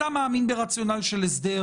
אתה מאמין ברציונל של הסדר